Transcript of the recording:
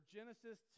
Genesis